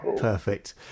Perfect